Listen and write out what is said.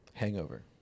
hangover